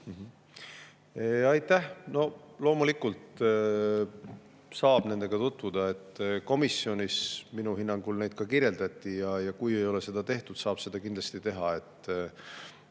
Aitäh! No loomulikult saab nendega tutvuda. Komisjonis minu hinnangul neid ka kirjeldati ja kui ei ole seda tehtud, saab seda kindlasti teha.